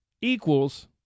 equals